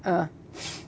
uh